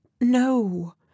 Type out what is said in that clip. no